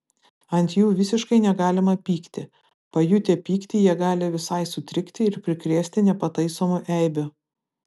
ant jų visiškai negalima pykti pajutę pyktį jie gali visai sutrikti ir prikrėsti nepataisomų eibių